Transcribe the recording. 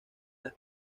las